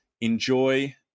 Enjoy